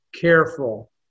careful